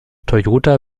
toyota